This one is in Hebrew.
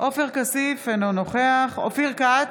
עופר כסיף, אינו נוכח אופיר כץ,